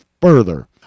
further